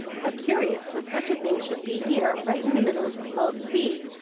how curious that such a thing should be here right in the middle of the salt sea!